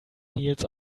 heels